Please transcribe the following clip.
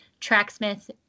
tracksmith